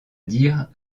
dire